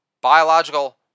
biological